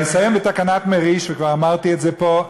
אני אסיים בתקנת "מריש" שכבר אמרתי את זה פה.